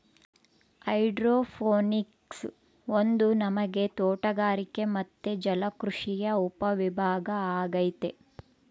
hydroponics ಒಂದು ನಮನೆ ತೋಟಗಾರಿಕೆ ಮತ್ತೆ ಜಲಕೃಷಿಯ ಉಪವಿಭಾಗ ಅಗೈತೆ